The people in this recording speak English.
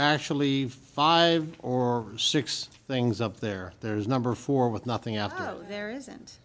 actually five or six things up there there is number four with nothing up out there isn't